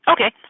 Okay